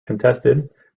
contested